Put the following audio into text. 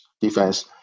defense